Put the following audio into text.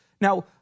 Now